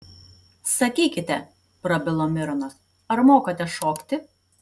sakykite prabilo mironas ar mokate šokti